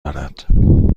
دارد